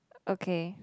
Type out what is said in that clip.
okay